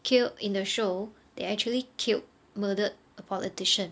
killed in the show they actually killed murdered a politician